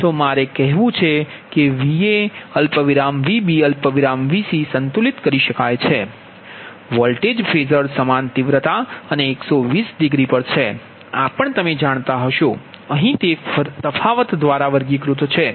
હવે કહેવું છે કે Va Vb Vc સંતુલિત કરી શકાય છે વોલ્ટેજ ફેઝર સમાન તીવ્રતા અને 120 ડિગ્રી પર છે આ પણ તમે જાણતા હશો અહી તે તફાવત દ્વારા વર્ગીકૃત છે